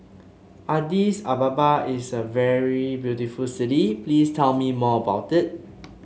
Addis Ababa is a very beautiful city please tell me more about it